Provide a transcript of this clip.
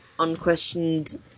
unquestioned